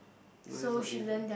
no that's not alien